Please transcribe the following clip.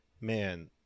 man